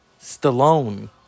Stallone